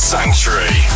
Sanctuary